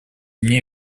мне